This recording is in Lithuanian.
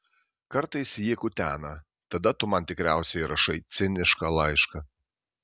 kartais jį kutena tada tu man tikriausiai rašai cinišką laišką